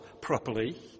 properly